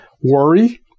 worry